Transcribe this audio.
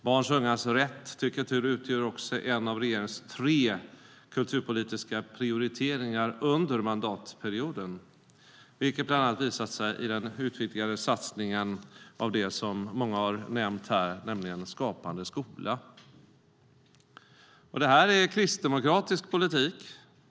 Barns och ungas rätt till kultur utgör också en av regeringens tre kulturpolitiska prioriteringar under mandatperioden, vilket bland annat har visat sig i den utvidgade satsning som många har nämnt här, nämligen Skapande skola. Detta är kristdemokratisk politik.